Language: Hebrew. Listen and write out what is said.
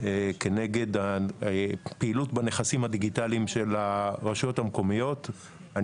כנגד הפעילות בנכסים הדיגיטליים של הרשויות המקומיות,